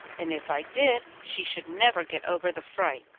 and if i did she should never get over the fright.